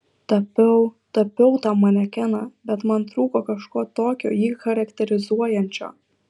tapiau tapiau tą manekeną bet man trūko kažko tokio jį charakterizuojančio